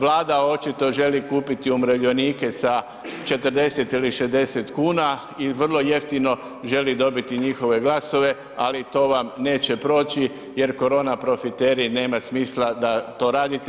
Vlada očito želi kupiti umirovljenike sa 40 ili 60,00 kn i vrlo jeftino želi dobiti njihove glasove, ali to vam neće proći jer korona profiteri nema smisla da to radite.